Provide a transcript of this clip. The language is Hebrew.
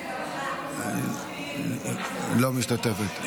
לא משתתפת.